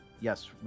Yes